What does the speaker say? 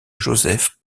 joseph